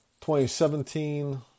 2017